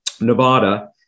Nevada